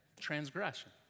Transgression